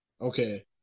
Okay